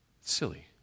Silly